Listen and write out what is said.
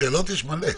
שאלות יש מלא.